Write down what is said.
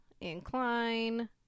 Incline